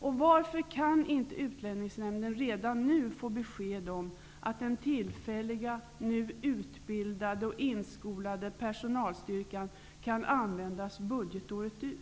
Varför kan Utlänningsnämnden inte redan nu få besked om att den tillfälliga nu utbildade och inskolade personalstyrkan kan användas budgetåret ut?